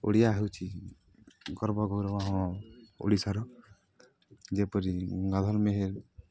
ଓଡ଼ିଆ ହେଉଚି ଗର୍ବ ଗୌରବ ଓଡ଼ିଶାର ଯେପରି ଗାଧଲ ମେହେର